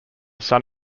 son